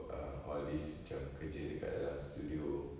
uh all this macam kerja dekat dalam studio